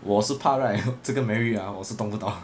我是怕 right 这个 merit ah 我是动不到